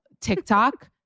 TikTok